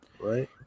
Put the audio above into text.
Right